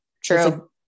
True